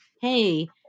hey-